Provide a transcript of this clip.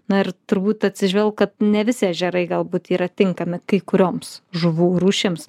na ir turbūt atsižvelgt kad ne visi ežerai galbūt yra tinkami kai kurioms žuvų rūšims